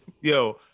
yo